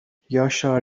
یاشار